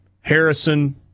Harrison